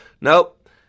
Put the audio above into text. Nope